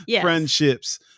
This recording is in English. friendships